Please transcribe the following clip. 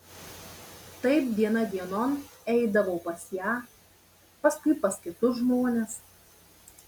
taip diena dienon eidavau pas ją paskui pas kitus žmones